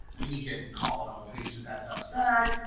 he can call an old patient that's upset.